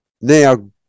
Now